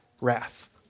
wrath